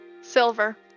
Silver